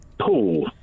pool